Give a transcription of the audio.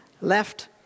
Left